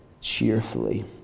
cheerfully